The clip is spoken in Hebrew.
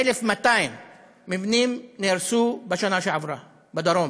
1,200 מבנים נהרסו בשנה שעברה בדרום,